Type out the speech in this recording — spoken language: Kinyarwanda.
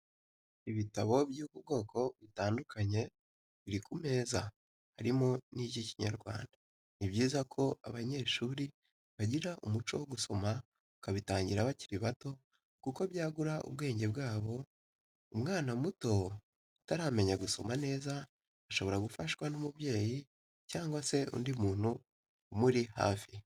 Ibitabo by'ubwoko butandukanye biri ku meza harimo n'icy'ikinyarwanda, ni byiza ko abanyeshuri bagira umuco wo gusoma bakabitangira bakiri bato kuko byagura ubwenge bwabo, umwana muto utaramenya gusoma neza shobora gufashwa n'umubyeyi cyangwa se undi muntu umuri hafi.